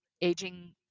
aging